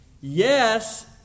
Yes